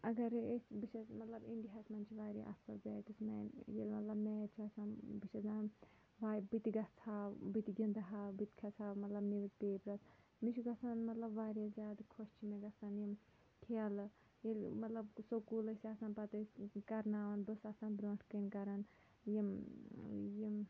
اَگرَے أسۍ بہٕ چھَس مطلب اِنٛڈیاہَس منٛز چھِ واریاہ اَصٕل بیٹٕسمین ییٚلہِ مطلب میچ چھِ آسان بہٕ چھَس دَپان واے بہٕ تہِ گَژھٕ ہا بہٕ تہِ گِنٛدٕ ہا بہٕ تہِ کھَسہٕ ہا مطلب نِوٕز پیپرَس مےٚ چھُ گژھان مطلب واریاہ زیادٕ خوش چھِ مےٚ گژھان یِم کھیلہٕ ییٚلہِ مطلب سکوٗل ٲسۍ آسان پَتہٕ ٲسۍ کَرناوان بہٕ ٲسٕس آسان برٛونٛٹھ کَنۍ کَران یِم یِم